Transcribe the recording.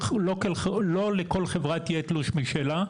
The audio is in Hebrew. לא לכל חברה יהיה תלוש משלה.